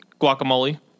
Guacamole